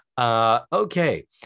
Okay